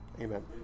Amen